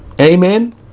Amen